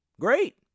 Great